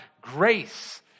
grace